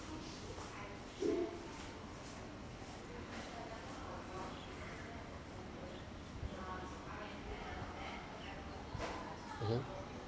mmhmm